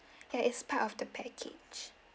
yeah it's part of the package